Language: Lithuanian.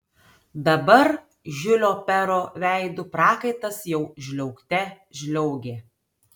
dabar žiulio pero veidu prakaitas jau žliaugte žliaugė